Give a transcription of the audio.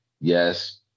yes